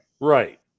Right